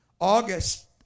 August